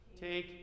take